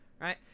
right